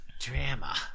drama